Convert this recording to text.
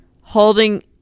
holding